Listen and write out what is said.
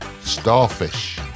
Starfish